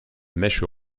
mèche